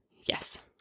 yes